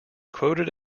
quoted